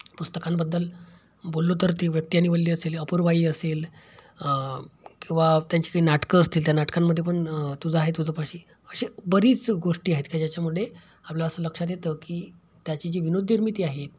पुस्तकांबद्दल बोललो तर ती व्यक्ती आणि वल्ली असेल अपूर्वाई असेल किंवा त्यांची काही नाटकं असतील त्या नाटकांमध्ये पण तुझं आहे तुजपाशी अशी बरीच गोष्टी आहेत काी ज्याच्यामध्ये आपल्याला असं लक्षात येतं की त्याची जी विनोदनिर्मिती आहे